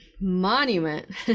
monument